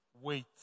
Wait